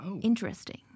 interesting